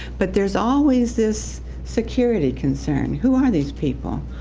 but there's always this security concern. who are these people?